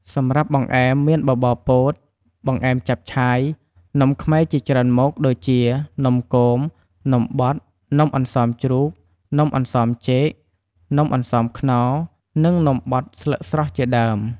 សម្រាប់បង្អែម មានបបរពោត បង្អែមចាប់ឆាយ នំខ្មែរជាច្រើនមុខ ដូចជា នំគម នំបត់ នំអន្សមជ្រូក នំអន្សមចេក នំអន្សមខ្នុរ និងនំបត់ស្លឹកស្រស់ជាដើម។។